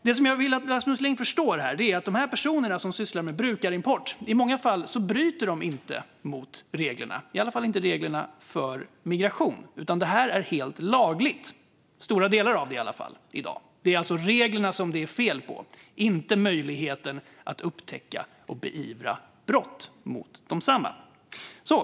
Det som jag vill att Rasmus Ling förstår är att de personer som sysslar med brukarimport i många fall inte bryter mot reglerna, i alla fall inte mot reglerna för migration. Detta är i dag helt lagligt, i alla fall stora delar av det. Det är alltså reglerna som det är fel på, inte möjligheten att upptäcka och beivra brott mot reglerna.